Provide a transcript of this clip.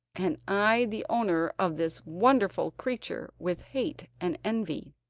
and eyed the owner of this wonderful creature with hate and envy.